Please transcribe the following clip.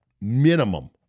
minimum